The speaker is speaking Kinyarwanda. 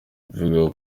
bivugwa